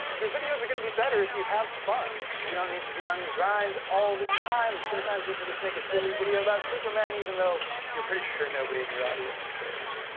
your videos are gonna be better, if you have fun. you don't need to be on your grind all the time. sometimes you can just make a silly video about superman, even though you're pretty sure nobody in your audience cares.